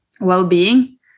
well-being